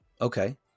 Okay